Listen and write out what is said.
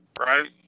right